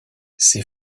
ses